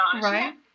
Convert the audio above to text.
Right